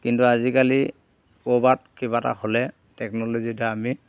কিন্তু আজিকালি ক'ৰবাত কিবা এটা হ'লে টেকন'ল'জিৰ দ্বাৰা আমি